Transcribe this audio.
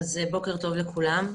אז בוקר טוב לכולם.